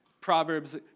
Proverbs